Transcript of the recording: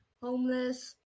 homeless